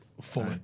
Fully